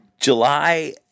July